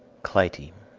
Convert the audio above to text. clytie